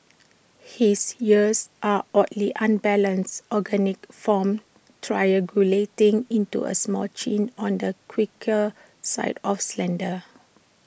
his ears are oddly unbalanced organic forms triangulating into A smooth chin on the quirkier side of slender